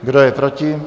Kdo je proti?